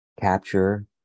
Capture